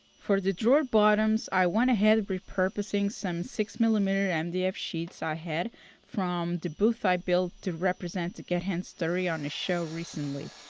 for the drawer bottoms, i went ahead re-purposing some six mm mdf sheets i had from the booth i built to represent the get hands dirty on a show recently.